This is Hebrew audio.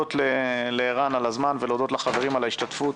להודות לערן על הזמן ולהודות לחברים על ההשתתפות,